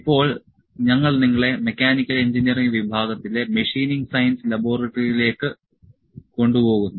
ഇപ്പോൾ ഞങ്ങൾ നിങ്ങളെ മെക്കാനിക്കൽ എഞ്ചിനീയറിംഗ് വിഭാഗത്തിലെ മെഷീനിംഗ് സയൻസ് ലബോറട്ടറിയിലേക്ക് കൊണ്ടുപോകുന്നു